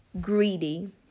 greedy